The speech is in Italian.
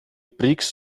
prix